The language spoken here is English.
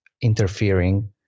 interfering